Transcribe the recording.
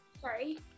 sorry